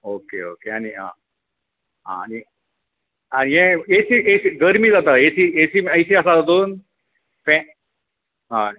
okay okay आनी आं आं आनी ये ऐसी ऐसी गरमी जाता ऐसी ऐसी ऐसी आसा तातुंत फेन हय